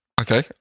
Okay